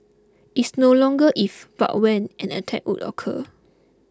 it's no longer if but when an attack would occur